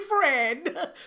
friend